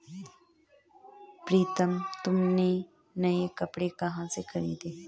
प्रितम तुमने नए कपड़े कहां से खरीदें?